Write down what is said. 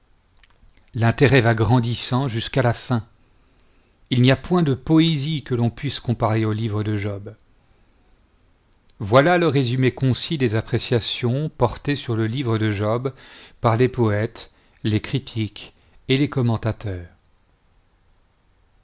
l'intérêt va grandissant jusqu'à la fin il n'y a point de poésie que l'on puisse comparer au livre de job voilà le résumé concis des appréciations portées sur le livre de job par les poètes les critiques et les commentateurs